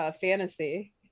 fantasy